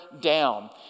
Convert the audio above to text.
down